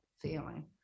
feeling